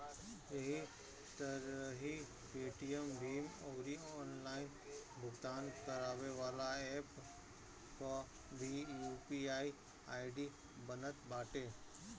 एही तरही पेटीएम, भीम अउरी ऑनलाइन भुगतान करेवाला एप्प पअ भी यू.पी.आई आई.डी बनत बाटे